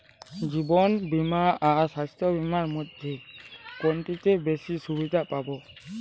জীবন বীমা আর স্বাস্থ্য বীমার মধ্যে কোনটিতে বেশী সুবিধে পাব?